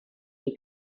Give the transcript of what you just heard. you